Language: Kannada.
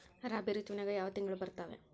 ರಾಬಿ ಋತುವಿನ್ಯಾಗ ಯಾವ ತಿಂಗಳು ಬರ್ತಾವೆ?